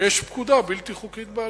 שיש פקודה בלתי חוקית בעליל,